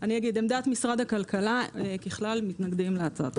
עמדת משרד הכלכלה, מתנגדים להצעת החוק.